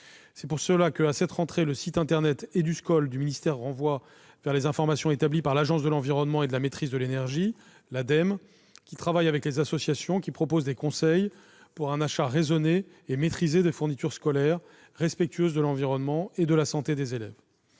C'est pour cela que, à cette rentrée, le site internet Éduscol du ministère renvoie vers les informations établies par l'Agence de l'environnement et de la maîtrise de l'énergie, l'ADEME, qui travaille avec des associations proposant des conseils pour un achat raisonné et maîtrisé de fournitures scolaires respectueuses de l'environnement et de la santé des élèves.